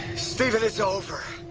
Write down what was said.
stephen, it's over.